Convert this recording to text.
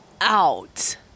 out